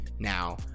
now